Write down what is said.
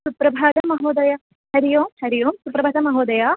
सुप्रभातम् महोदय हरिः ओं हरिः ओं सुप्रभातम् महोदय